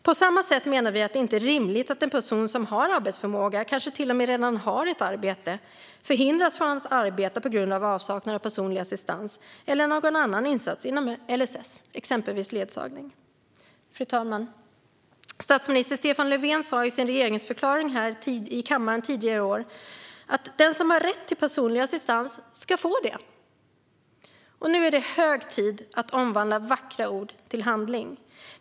På samma sätt anser vi att det inte är rimligt att en person som har arbetsförmåga och kanske till och med redan har ett arbete hindras från att arbeta på grund av avsaknad av personlig assistans eller annan insats inom LSS, exempelvis ledsagning. Fru talman! Statsminister Stefan Löfven sa i sin regeringsförklaring här i kammaren tidigare i år: "Den som har rätt till personlig assistans ska få det." Nu är det hög tid att omvandla vackra ord till handling.